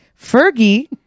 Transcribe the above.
Fergie